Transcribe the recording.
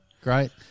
Great